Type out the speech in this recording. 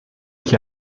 qui